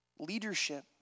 Leadership